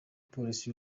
polisi